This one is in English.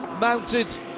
Mounted